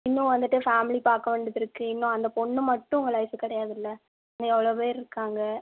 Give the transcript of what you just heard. இன்னும் வந்துட்டு ஃபேமிலி பார்க்க வேண்டியது இருக்குது இன்னும் அந்த பொண்ணு மட்டும் உங்கள் லைஃபு கிடயாதுல்ல இன்னும் எவ்வளோ பேரு இருக்காங்க